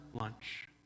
lunch